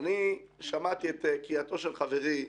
שמעתי את קריאתו של חברי,